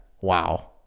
Wow